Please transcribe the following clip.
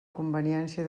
conveniència